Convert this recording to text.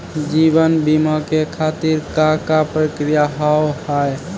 जीवन बीमा के खातिर का का प्रक्रिया हाव हाय?